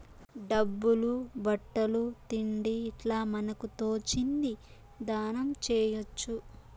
డబ్బులు బట్టలు తిండి ఇట్లా మనకు తోచింది దానం చేయొచ్చు